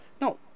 No